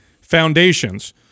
foundations